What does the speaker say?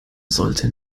sollte